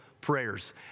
prayers